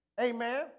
Amen